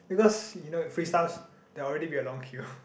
because you know free stuff there will already be a long queue